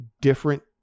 different